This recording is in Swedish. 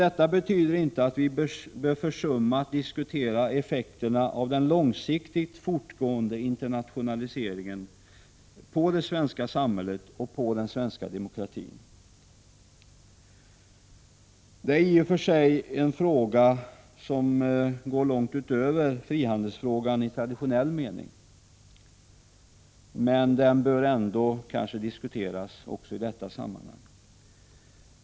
Detta betyder inte att vi bör försumma att diskutera effekterna av den långsiktigt fortgående internationaliseringen på det svenska samhället och den svenska demokratin. Det är i och för sig en fråga som går långt utöver frihandelsfrågan i traditionell mening. Men den bör kanske ändå diskuteras i detta sammanhang.